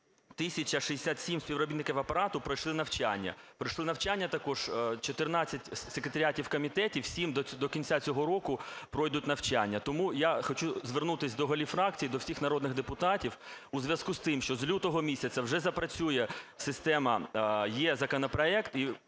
67 співробітників Апарату пройшли навчання, пройшли навчання також 14 секретаріатів комітетів, 7 - до кінця цього року пройдуть навчання. Тому я хочу звернутися до голів фракцій, до всіх народних депутатів. У зв'язку із тим, що з лютого місяця вже запрацює система "Е-законопроект"